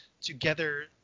together